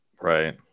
right